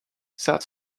that